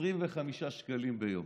25 שקלים ביום